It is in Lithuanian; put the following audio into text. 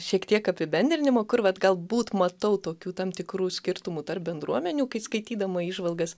šiek tiek apibendrinimo kur vat galbūt matau tokių tam tikrų skirtumų tarp bendruomenių kai skaitydama įžvalgas